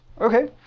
Okay